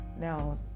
now